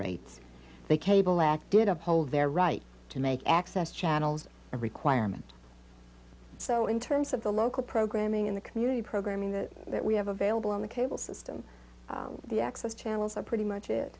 rates the cable act did uphold their right to make access channels a requirement so in terms of the local programming in the community programming that that we have available on the cable system the access channels are pretty much it